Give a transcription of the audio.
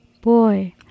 Boy